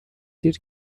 دیر